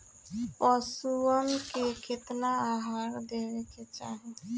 पशुअन के केतना आहार देवे के चाही?